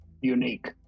unique